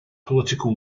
political